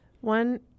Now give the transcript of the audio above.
One